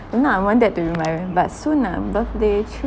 for now I want that to be my but soon ah birthday